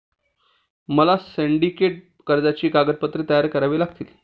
मला सिंडिकेट कर्जाची कागदपत्रे तयार करावी लागतील